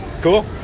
Cool